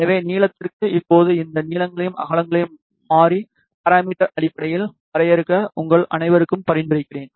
எனவே நீளத்திற்கு இப்போது இந்த நீளங்களையும் அகலங்களையும் மாறி பாராமிடர் அடிப்படையில் வரையறுக்க உங்கள் அனைவருக்கும் பரிந்துரைக்கிறேன்